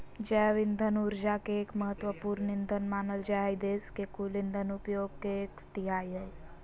जैव इंधन ऊर्जा के एक महत्त्वपूर्ण ईंधन मानल जा हई देश के कुल इंधन उपयोग के एक तिहाई हई